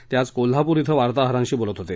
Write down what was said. ते आज कोल्हापूर इथं वार्ताहरांशी बोलत होते